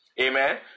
amen